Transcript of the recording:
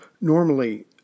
Normally